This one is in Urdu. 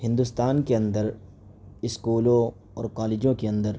ہندوستان کے اندر اسکولوں اور کالجوں کے اندر